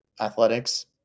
athletics